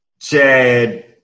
Chad